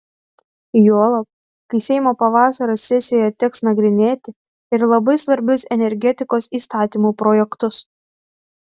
juolab kai seimo pavasario sesijoje teks nagrinėti ir labai svarbius energetikos įstatymų projektus